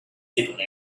declared